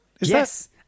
Yes